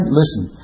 listen